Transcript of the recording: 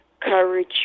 courage